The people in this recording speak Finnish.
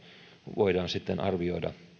voidaan sitten arvioida